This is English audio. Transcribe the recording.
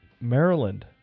Maryland